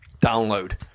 download